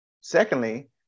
Secondly